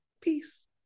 Peace